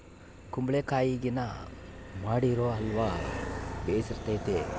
ಕುಂಬಳಕಾಯಗಿನ ಮಾಡಿರೊ ಅಲ್ವ ಬೆರ್ಸಿತತೆ